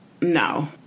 no